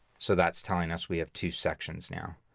so that's telling us we have two sections now.